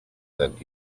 that